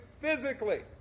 physically